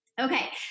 Okay